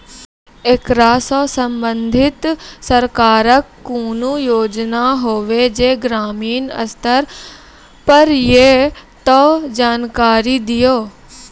ऐकरा सऽ संबंधित सरकारक कूनू योजना होवे जे ग्रामीण स्तर पर ये तऽ जानकारी दियो?